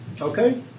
Okay